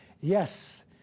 YES